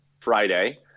friday